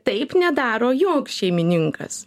taip nedaro joks šeimininkas